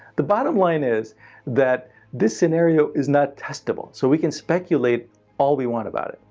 the bottom line is that this scenario is not testable. so we can speculate all we want about it.